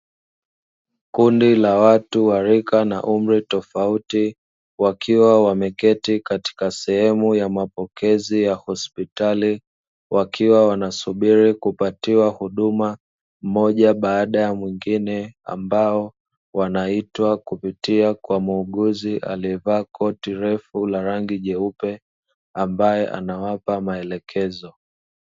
Kundi la watu wa rika na umri tofauti wakiwa wameketi katika sehemu ya mapokezi ya hospitali wakiwa wanasubiri kupatiwa huduma mmoja baada ya mwingine, ambao wanaitwa kupitia kwa muuguzi aliyevaa koti refu la rangi nyeupe ambaye anawapa maelekezo.